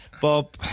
Bob